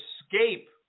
escape